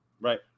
Right